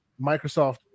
Microsoft